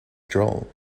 drill